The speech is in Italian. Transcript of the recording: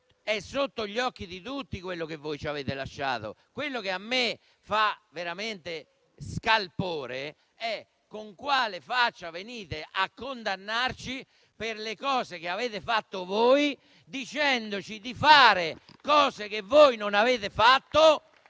È sotto gli occhi di tutti quello che ci avete lasciato. Ciò che desta in me veramente scalpore è con quale faccia venite a condannarci per le cose che avete fatto voi, dicendoci di fare quello che voi non avete fatto,